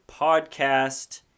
Podcast